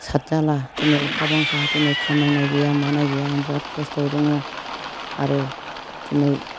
साद जारला दिनै अखा बांखा दिनै खामायनाय गैया मानाय गैया आं बिराद खस्थ'आव दङ आरो दिनै